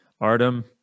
Artem